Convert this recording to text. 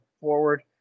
forward